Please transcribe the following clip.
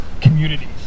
communities